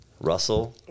russell